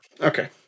okay